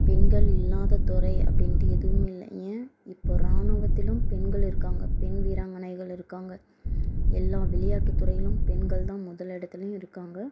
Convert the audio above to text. பெண்கள் இல்லாத துறை அப்படின்ட்டு எதுவும் இல்லை ஏன் இப்போது ராணுவத்திலும் பெண்கள் இருக்காங்க பெண் வீராங்கனைகள் இருக்காங்க எல்லா விளையாட்டு துறையிலும் பெண்கள் தான் முதல் இடத்துலியும் இருக்காங்க